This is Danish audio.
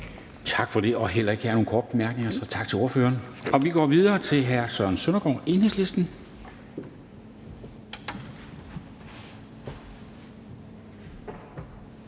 Tak for det. Heller ikke her er der nogen korte bemærkninger, så tak til ordføreren. Og vi går videre til hr. Søren Søndergaard, Enhedslisten.